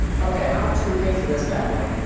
okay, how much did we pay for this bad boy?